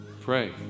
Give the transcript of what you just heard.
pray